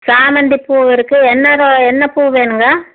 சாமந்தி பூ இருக்குது என்ன என்ன பூ வேணும்ங்க